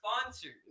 sponsors